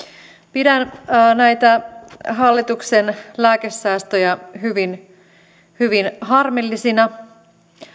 pidän näitä hallituksen lääkesäästöjä hyvin hyvin harmillisina